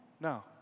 no